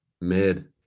Mid